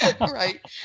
Right